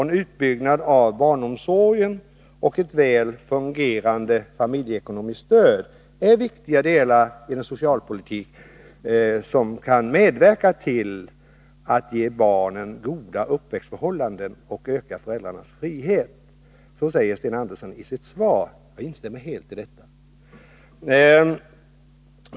En utbyggd barnomsorg och ett väl fungerande familjeekonomiskt stöd är viktiga delar i en socialpolitik som kan medverka till att ge barnen goda uppväxtförhållanden och öka föräldrarnas frihet.” Så säger Sten Andersson i sitt svar, och jag instämmer helt i detta.